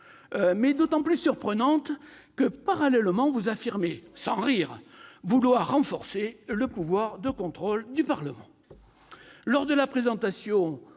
est d'autant plus surprenante que, parallèlement, vous affirmez -sans rire -vouloir renforcer le pouvoir de contrôle du Parlement ! Lors de la présentation